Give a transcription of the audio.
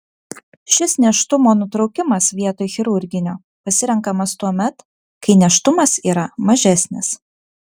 šis nėštumo nutraukimas vietoj chirurginio pasirenkamas tuomet kai nėštumas yra mažesnis